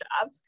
job